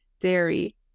dairy